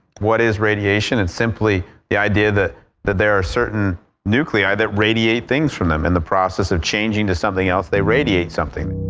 what is radiation? it's simply the idea that there are certain nuclei that radiate things from them. in the process of changing to something else they radiate something.